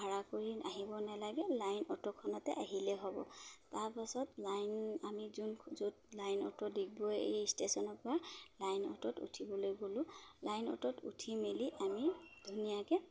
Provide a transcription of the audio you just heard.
ভাড়া কৰি আহিব নেলাগে লাইন অ'টখনতে আহিলে হ'ব তাৰপাছত লাইন আমি যোন য'ত লাইন অ'ট ডিগবৈ এই ষ্টেচনৰপৰা লাইন অ'টোত উঠিবলৈ গ'লোঁ লাইন অ'টোত উঠি মেলি আমি ধুনীয়াকৈ